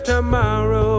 Tomorrow